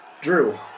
Drew